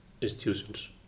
institutions